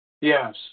yes